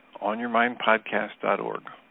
onyourmindpodcast.org